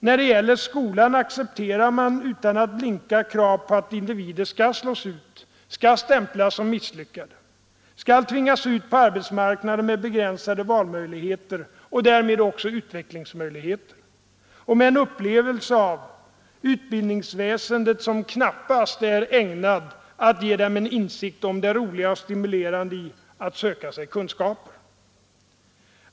När det gäller skolan accepterar man utan att blinka krav på att individer skall slås ut och stämplas som misslyckade, skall tvingas ut på arbetsmarknaden med begränsade valmöjligheter och därmed också begränsade utvecklingsmöjligheter och med en upplevelse av utbildningsväsendet vilken knappast är ägnad att ge dem en insikt om det roliga och stimulerande i att söka sig kunskaper.